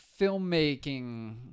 filmmaking